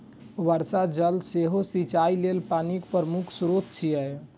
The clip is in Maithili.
वर्षा जल सेहो सिंचाइ लेल पानिक प्रमुख स्रोत छियै